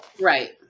right